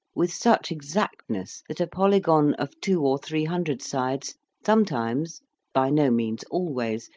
with such exactness that a polygon of two or three hundred sides some times by no means always,